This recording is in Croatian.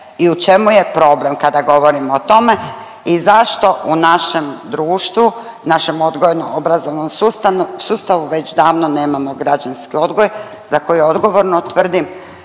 i u čemu je problem kada govorimo o tome i zašto u našem društvu, našem odgojno obrazovnom sustavu već davno nemao građanski odgoj za koji odgovorno tvrdim